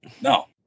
No